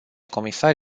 comisar